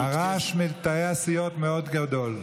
הרעש מתאי הסיעות מאוד גדול.